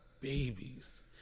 babies